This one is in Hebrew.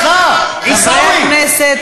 איתן, אתה, חברי הכנסת